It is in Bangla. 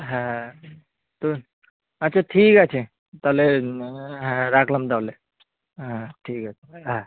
হ্যাঁ তো আচ্ছা ঠিক আছে তাহলে হ্যাঁ রাখলাম তাহলে হ্যাঁ ঠিক আছে হ্যাঁ